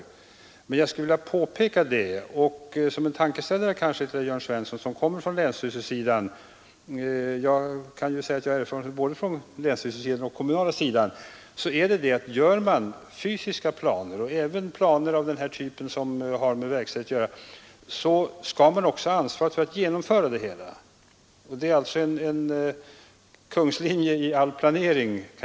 Men — och det skulle jag vilja påpeka för herr Svensson som kommer från länsstyrelsesidan; jag kan själv säga att jag är både från länsstyrelsesidan och från den kommunala sidan — gör man fysiska planer, även planer av den här typen som har med verkställighet att göra, skall man också ha ansvaret för att genomföra dem. Det är en kungslinje i all planering.